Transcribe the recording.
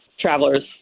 travelers